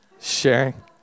sharing